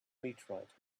meteorite